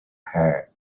hair